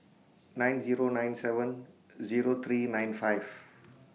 nine Zero nine seven Zero three nine five